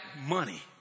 money